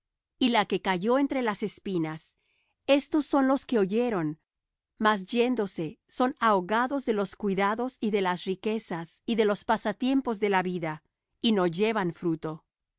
y la que cayó entre las espinas éstos son los que oyeron mas yéndose son ahogados de los cuidados y de las riquezas y de los pasatiempos de la vida y no llevan fruto